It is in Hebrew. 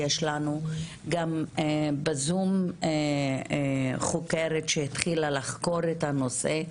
וגם בזום יש לנו חוקרת שהתחילה לחקור את הנושא,